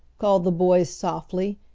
called the boys softly,